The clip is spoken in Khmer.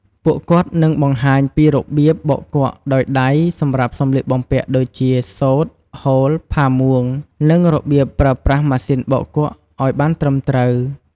ពួកគាត់នឹងបង្ហាញពីរបៀបបោកគក់ដោយដៃសម្រាប់សម្លៀកបំពាក់ ដូចជាសូត្រ ហូល ផាមួង និងរបៀបប្រើប្រាស់ម៉ាស៊ីនបោកគក់ឲ្យបានត្រឹមត្រូវ។